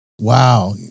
Wow